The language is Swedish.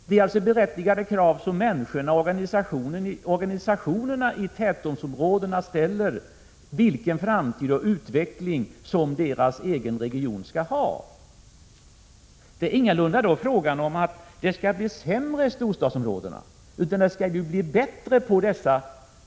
Det är alltså berättigade krav som människorna och organisationerna i tätortsområdena ställer i fråga om framtiden och utvecklingen i deras egna regioner. Det är ingalunda frågan om att det skall bli sämre i storstadsområdena -= Prot. 1986/87:22 det skall bli bättre.